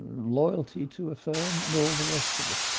loyalty to a firm, and all the rest of it.